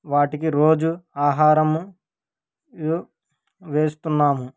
వాటికి రోజు ఆహారము వే వేస్తున్నాము